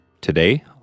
today